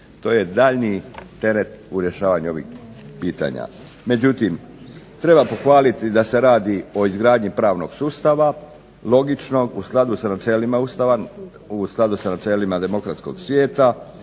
to je daljnji teret u rješavanju ovih pitanja. Međutim, treba pohvaliti da se radi o izgradnji pravnog sustava logičnog u skladu s načelima demokratskog svijeta,